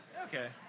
Okay